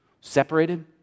Separated